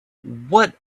what